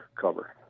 cover